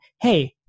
hey